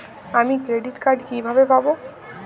আমি credit card কিভাবে পাবো?